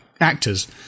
actors